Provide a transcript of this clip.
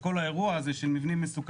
של כל האירוע הזה של מבנים מסוכנים.